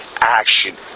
action